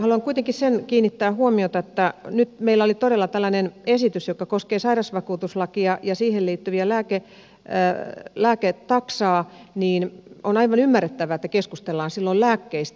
haluan kuitenkin siihen kiinnittää huomiota että kun nyt meillä on todella tällainen esitys joka koskee sairasvakuutuslakia ja siihen liittyvää lääketaksaa niin on aivan ymmärrettävää että keskustellaan silloin lääkkeistä